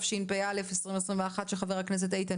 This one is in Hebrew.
התשפ"א-2021 של חבר הכנסת איתן